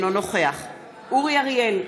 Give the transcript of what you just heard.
אינו נוכח אורי אריאל,